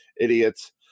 idiots